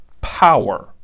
power